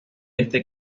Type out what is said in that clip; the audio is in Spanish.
este